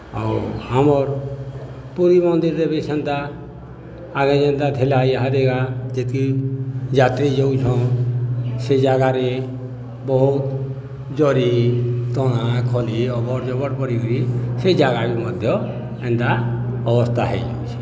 ଆଉ ଆମର୍ ପୁରୀ ମନ୍ଦିର୍ରେ ବି ସେନ୍ତା ଆଗେ ଯେନ୍ତା ଥିଲା ଏହାଦେକା ଯେତ୍କି ଯାତ୍ରୀ ଯଉଛନ୍ଁ ସେ ଜାଗାରେ ବହୁତ୍ ଜରି ଦନା ଖଲି ଅବଡ଼୍ ଜବଡ଼୍ କରି କିରି ସେ ଜାଗା ବି ମଧ୍ୟ ଏନ୍ତା ଅବସ୍ଥା ହେଇଯାଉଛେ